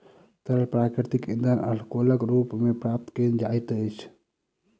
तरल प्राकृतिक इंधन अल्कोहलक रूप मे प्राप्त कयल जाइत अछि